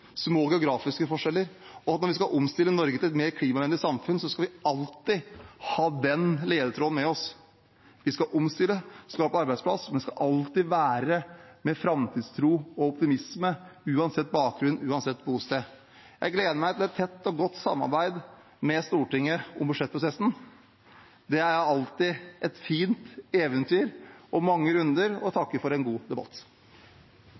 små geografiske forskjeller, og at vi, når vi skal omstille Norge til et mer klimavennlig samfunn, alltid skal ha den ledetråden med oss. Vi skal omstille, skape arbeidsplasser, men det skal alltid være med framtidstro og optimisme, uansett bakgrunn, uansett bosted. Jeg gleder meg til et tett og godt samarbeid med Stortinget om budsjettprosessen. Det er alltid et fint eventyr og mange runder. Jeg takker for en god debatt.